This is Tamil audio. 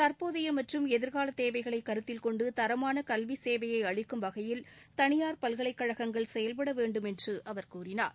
தற்போதைய மற்றும் எதிர்கால தேவைகளை கருத்தில் கொண்டு தரமான கல்வி சேவையை அளிக்கும் வகையில் தனியார் பல்கலைக் கழகங்கள் செயல்பட வேண்டும் என்று அவர் கூறினார்